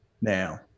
Now